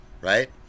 right